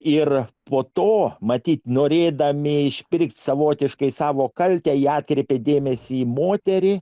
ir po to matyt norėdami išpirkti savotiškai savo kaltę ji atkreipė dėmesį į moterį